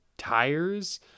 tires